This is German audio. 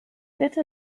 bitte